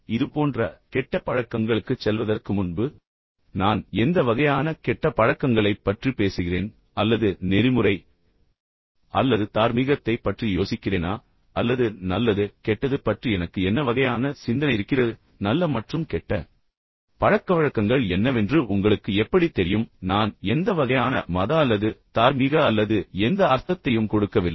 இப்போது இது போன்ற கெட்ட பழக்கங்களுக்குச் செல்வதற்கு முன்பு நான் எந்த வகையான கெட்ட பழக்கங்களைப் பற்றி பேசுகிறேன் அல்லது நெறிமுறை அல்லது தார்மீகத்தைப் பற்றி யோசிக்கிறேனா அல்லது நல்லது கெட்டது பற்றி எனக்கு என்ன வகையான சிந்தனை இருக்கிறது நல்ல மற்றும் கெட்ட பழக்கவழக்கங்கள் என்னவென்று உங்களுக்கு எப்படித் தெரியும் நான் எந்த வகையான மத அல்லது தார்மீக அல்லது எந்த அர்த்தத்தையும் கொடுக்கவில்லை